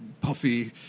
puffy